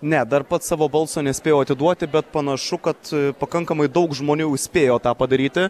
ne dar pats savo balso nespėjau atiduoti bet panašu kad pakankamai daug žmonių jau spėjo tą padaryti